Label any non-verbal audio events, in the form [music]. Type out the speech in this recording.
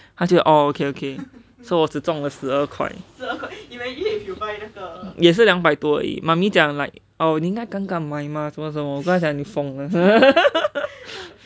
oh okay okay so 我只中了十二块也是两百多而已 mummy 讲因该赶赶买吗什么什么我跟她讲你疯了:jiang yin gai ganan ganan mai ma shen me shen me wo gen tae jiang ni feng le [laughs]